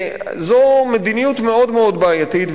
זו מדיניות מאוד מאוד בעייתית,